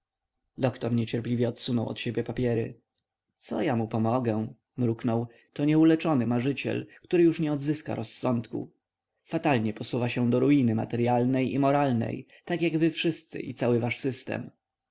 doktor niecierpliwie odsunął od siebie papiery co ja mu pomogę mruknął to nieuleczony marzyciel który już nie odzyska rozsądku fatalnie posuwa się do ruiny materyalnej i moralnej tak jak wy wszyscy i cały wasz system